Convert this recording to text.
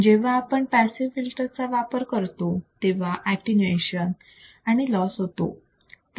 जेव्हा आपण passive filter चा वापर करतो तेव्हा एटीन्यूयेशन आणि आणि लॉस होतो